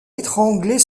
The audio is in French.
étranger